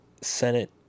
Senate